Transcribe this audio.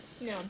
No